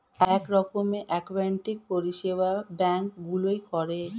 এক রকমের অ্যাকাউন্টিং পরিষেবা ব্যাঙ্ক গুলোয় করে